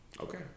Okay